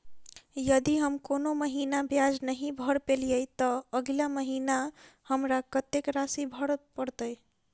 यदि हम कोनो महीना ब्याज नहि भर पेलीअइ, तऽ अगिला महीना हमरा कत्तेक राशि भर पड़तय?